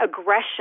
aggression